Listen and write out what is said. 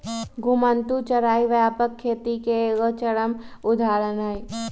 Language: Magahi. घुमंतू चराई व्यापक खेती के एगो चरम उदाहरण हइ